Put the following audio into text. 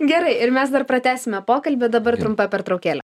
gerai ir mes dar pratęsime pokalbį dabar trumpa pertraukėlė